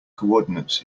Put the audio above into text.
coordinates